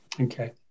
Okay